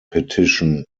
petition